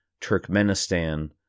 Turkmenistan